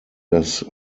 das